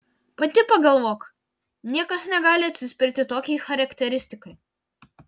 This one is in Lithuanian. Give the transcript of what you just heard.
pati pagalvok niekas negali atsispirti tokiai charakteristikai